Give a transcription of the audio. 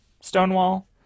Stonewall